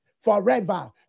forever